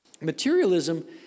Materialism